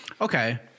Okay